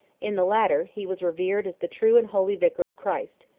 in the latter, he was revered as the true and holy vicar of christ,